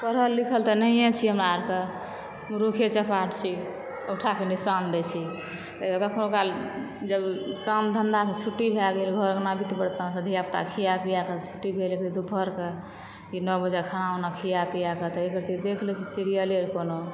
पढ़ल लिखल तऽ नहिये छी हमरा आरके मुरूखे चपाठ छी औंठाके निशान दै छी कखनो काल जब काम धंधा सऽ छुट्टी भए गेल घर अंगना बीत बर्तन सऽ धियापुता के खियाए पियाए कऽ छुट्टी भेल तऽ दुपहर कऽ ई नओ बजे खाना उना खियाए पियाए कऽ तऽ एकरत्ती देख लै छी सीरियले और कोनो